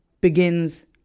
begins